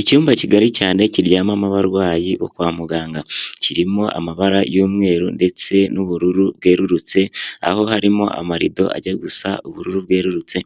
Icyumba kigari cyane kiryamamo abarwayi bo kwa muganga, kirimo amabara y'umweru ndetse n'ubururu bwerurutse aho harimo amarido ajya gusa ubururu bwerurutse